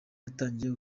yatangiye